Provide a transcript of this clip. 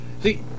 See